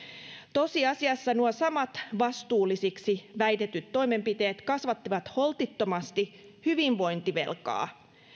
tosiasiassa nuo samat vastuullisiksi väitetyt toimenpiteet kasvattivat holtittomasti hyvinvointivelkaa